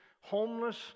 homeless